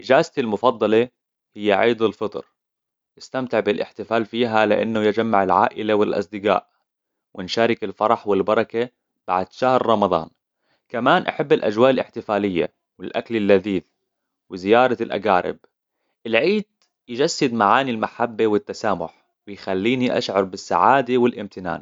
إجازتي المفضلة هي عيد الفطر. نستمتع بالإحتفال فيها لأنه يجمع العائلة والأصدقاء. ونشارك الفرح والبركة بعد شهر رمضان. كمان أحب الأجواء الإحتفالية والأكل اللذيذ وزيارة الأقارب. العيد يجسد معاني المحبة والتسامح. بيخليني أشعر بالسعادة والإمتنان.